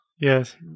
yes